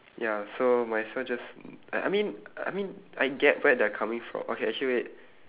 ya so might as well just I I mean I mean I get where they're coming fro~ okay actually wait